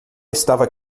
estava